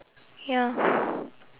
ya